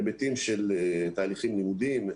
היבטים של תהליכים לימודיים,